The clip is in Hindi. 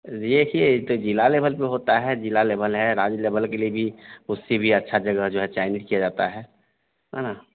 देखिए एक तो जिला लेवल पर होता है जिला लेवल है राज्य लेवल के लिए भी उससे भी अच्छी जगह जो है चयनित की जाती है हाँ है ना